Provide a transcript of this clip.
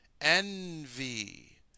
envy